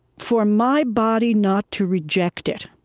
for my body not to reject it.